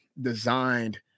designed